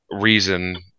reason